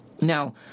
Now